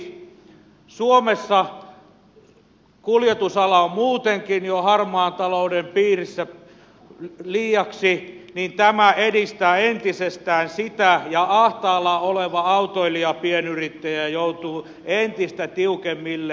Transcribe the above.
suomessa kuljetusala on muutenkin jo harmaan talouden piirissä liiaksi ja tämä edistää entisestään sitä ja ahtaalla oleva autoilija pienyrittäjä joutuu entistä tiukemmille